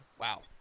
wow